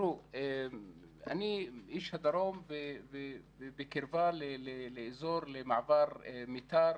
אני איש הדרום בקרבה למעבר מיתר,